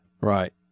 Right